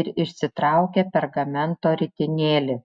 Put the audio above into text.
ir išsitraukė pergamento ritinėlį